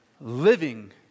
living